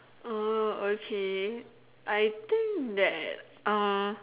uh okay I think that uh